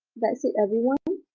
that's it everyone,